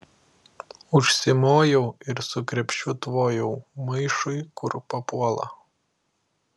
užsimojau ir su krepšiu tvojau maišui kur papuola